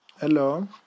Hello